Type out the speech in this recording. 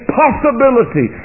possibility